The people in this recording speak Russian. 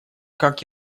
как